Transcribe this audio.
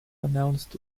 announced